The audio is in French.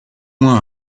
moins